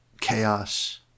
chaos